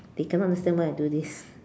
they cannot understand why I do this